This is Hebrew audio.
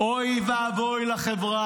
אוי ואבוי לחברה